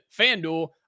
FanDuel